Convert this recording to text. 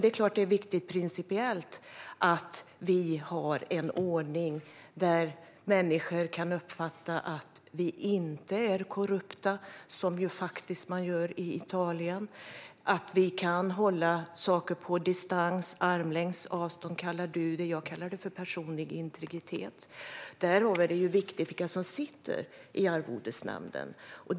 Det är klart att det är viktigt principiellt att ha en ordning där människor kan uppfatta att vi inte är korrupta, så som man faktiskt gör i Italien, och att kunna hålla saker på distans. En armlängds avstånd kallar du det, men jag kallar det för personlig integritet. Det är viktigt vilka som sitter i arvodesnämnden.